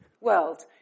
world